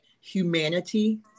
humanity